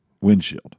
windshield